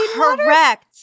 Correct